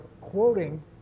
quoting